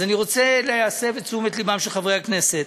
אז אני רוצה להסב את תשומת לבם של חברי הכנסת: